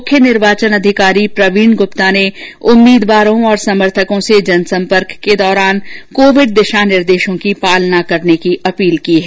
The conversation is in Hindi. मुख्य निर्वाचन अधिकारी प्रवीण गुप्ता ने उम्मीदवारों और समर्थकों से जनसंपर्क के दौरान कोविड दिशा निर्देशों की पालना की अपील की है